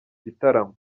gitaramo